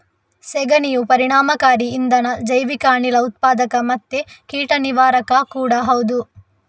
ಸೆಗಣಿಯು ಪರಿಣಾಮಕಾರಿ ಇಂಧನ, ಜೈವಿಕ ಅನಿಲ ಉತ್ಪಾದಕ ಮತ್ತೆ ಕೀಟ ನಿವಾರಕ ಕೂಡಾ ಹೌದು